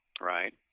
right